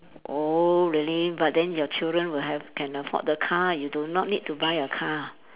oh really but then your children will have can afford the car you do not need to buy a car